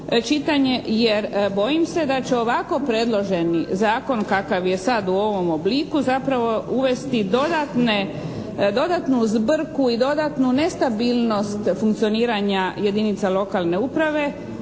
jer bojim se da će ovako predloženi zakon kakav je sad u ovom obliku zapravo uvesti dodatnu zbrku i dodatnu nestabilnost funkcioniranja jedinica lokalne uprave